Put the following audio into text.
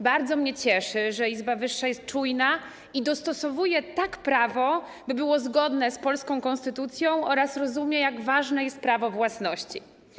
Bardzo mnie cieszy, że izba wyższa jest czujna i tak dostosowuje prawo, by było zgodne z polską konstytucją, oraz rozumie, jak ważne jest prawo własności.